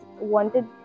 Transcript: wanted